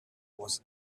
was